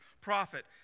prophet